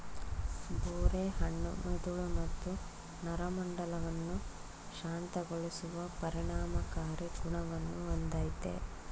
ಬೋರೆ ಹಣ್ಣು ಮೆದುಳು ಮತ್ತು ನರಮಂಡಲವನ್ನು ಶಾಂತಗೊಳಿಸುವ ಪರಿಣಾಮಕಾರಿ ಗುಣವನ್ನು ಹೊಂದಯ್ತೆ